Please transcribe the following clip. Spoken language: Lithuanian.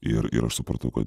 ir ir aš supratau kad